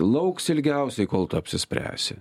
lauks ilgiausiai kol tu apsispręsi